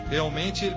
Realmente